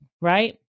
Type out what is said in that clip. right